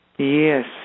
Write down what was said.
Yes